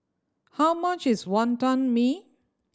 how much is Wonton Mee